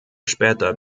später